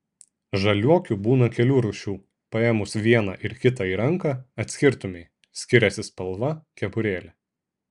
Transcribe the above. žaliuokių būna kelių rūšių paėmus vieną ir kitą į ranką atskirtumei skiriasi spalva kepurėlė